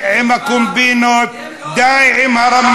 הרי כל השנים ידוע,